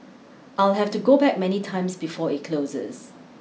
I'll have to go back many times before it closes